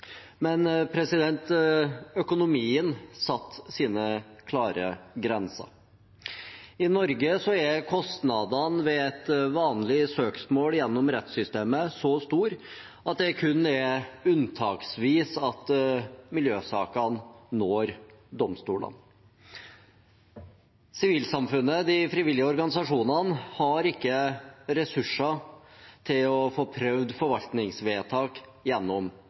Men økonomien satte sine klare grenser. I Norge er kostnadene ved et vanlig søksmål gjennom rettssystemet så store at det kun er unntaksvis at miljøsakene når domstolene. Sivilsamfunnet, de frivillige organisasjonene, har ikke ressurser til å få prøvd forvaltningsvedtak gjennom